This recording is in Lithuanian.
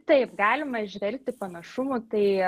taip galima įžvelgti panašumų tai